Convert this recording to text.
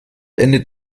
endet